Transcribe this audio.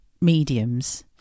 mediums